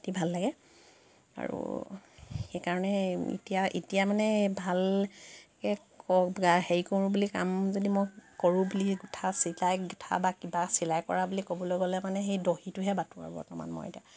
বাটি ভাল লাগে আৰু সেইকাৰণে এতিয়া এতিয়া মানে ভালকৈ হেৰি কৰোঁ বুলি কাম যদি মই কৰোঁ বুলি গোঁঠা চিলাই গোঁঠা বা কিবা চিলাই কৰা বুলি ক'বলৈ গ'লে মানে সেই দহিটোহে বাটোঁ আৰু বৰ্তমান মই এতিয়া